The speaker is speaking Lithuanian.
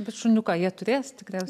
bet šuniuką jie turės tikriausia